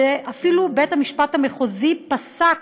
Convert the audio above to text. ואפילו בית-המשפט המחוזי פסק